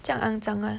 这样肮脏啊